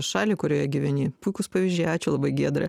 šalį kurioje gyveni puikūs pavyzdžiai ačiū labai giedra